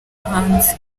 hanze